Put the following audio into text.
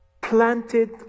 planted